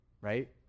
right